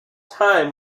time